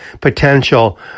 potential